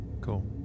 Cool